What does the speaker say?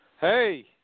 Hey